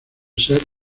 ser